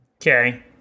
Okay